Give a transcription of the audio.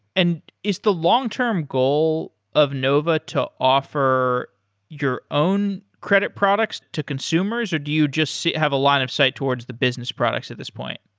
and is the long-term goal of nova to offer your own credit products to consumers, or do you just see have a line of sight towards the business products at this point?